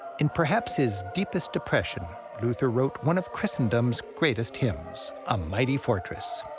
in perhaps his deepest depression, luther wrote one of christendom's greatest hymns, a mighty fortress.